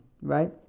right